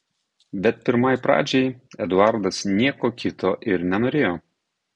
bet pirmai pradžiai eduardas nieko kito ir nenorėjo